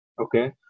okay